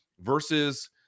versus